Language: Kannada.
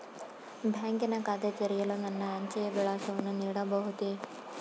ಬ್ಯಾಂಕಿನ ಖಾತೆ ತೆರೆಯಲು ನನ್ನ ಅಂಚೆಯ ವಿಳಾಸವನ್ನು ನೀಡಬಹುದೇ?